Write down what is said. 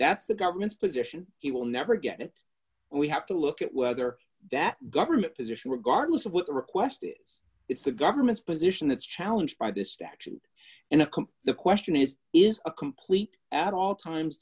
that's the government's position he will never get it we have to look at whether that government position regardless of what the request is it's the government's position it's challenged by this statute and a complete the question is is a complete at all times